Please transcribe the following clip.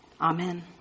Amen